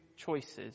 choices